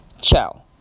ciao